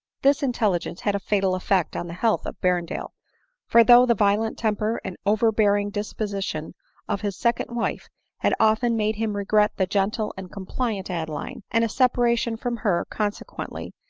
this intelligence had a fatal effect on the health of berrendale for though the violent temper and overbear ing disposition of his second wife had often made him regret the gentle and compliant adeline, and a separation from her, consequently,